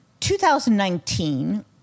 2019